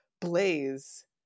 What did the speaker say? Blaze